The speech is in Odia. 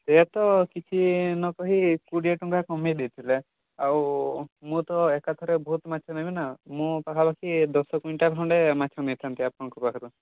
ସେୟା ତ କିଛି ନ କହି କୁଡ଼ିଏ ଟଙ୍କା କମାଇ ଦେଇଥିଲେ ଆଉ ମୁଁ ତ ଏକା ଥରେ ବହୁତ ମାଛ ନେବି ନା ମୁଁ ପାଖାପାଖି ଦଶ କୁଇଣ୍ଟାଲ୍ ଖଣ୍ଡେ ମାଛ ନେଇଥାଆନ୍ତି ଆପଣଙ୍କ ପାଖରୁ